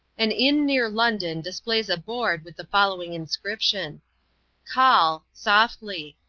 an inn near london displays a board with the following inscription call softly,